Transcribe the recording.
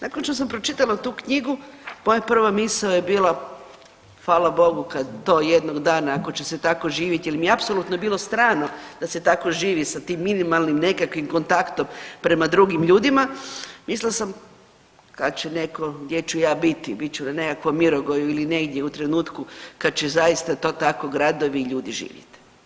Nakon što sam pročitala tu knjigu moja prva misao je bila fala Bogu kad to jednog dana ako će se tako živjeti jel mi je apsolutno bilo strano da se tako živi sa tim minimalnim nekakvim kontaktom prema drugim ljudima, mislila sam kad će neko gdje ću ja biti, bit ću na nekakvom Mirogoju ili negdje u trenutku kad će to zaista to tako gradovi i ljudi živjet.